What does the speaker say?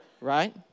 right